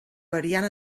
variant